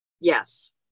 Yes